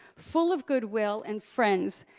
full of goodwill and friends,